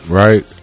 right